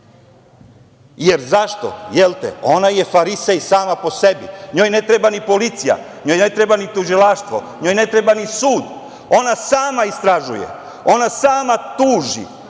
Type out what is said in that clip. Zašto? Ona je farisej sama po sebi. NJoj ne treba ni policija, njoj ne treba ni tužilaštvo. NJoj ne treba ni sud. Ona sama istražuje, ona sama tuži,